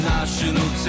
National